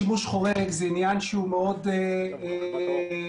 הם כבר קיבלו את רישיון העסק ועכשיו השימוש החורג שלהם מסתיים,